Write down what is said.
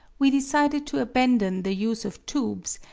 we decided to abandon the use of tubes,